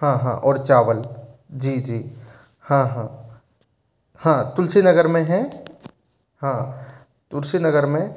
हाँ हाँ और चावल जी जी हाँ हाँ हाँ तुलसी नगर में है हाँ तुलसी नगर में